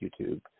YouTube